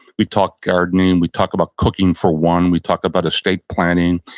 we talk gardening. we talk about cooking for one. we talk about estate planning.